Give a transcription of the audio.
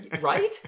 right